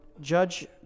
judge